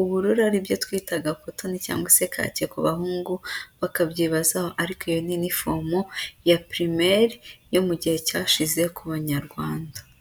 ubururu ari byo twitaga kotoni cyangwa se kake ku bahungu bakabyibazaho, ariko iyo ni inifomo ya pirimeri yo mu gihe cyashize ku Banyarwanda.